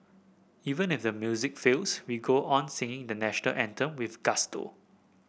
even if the music fails we go on singing the National Anthem with gusto